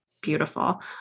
beautiful